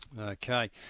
Okay